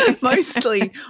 mostly